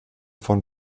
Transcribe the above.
von